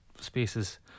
spaces